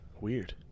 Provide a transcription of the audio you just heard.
Weird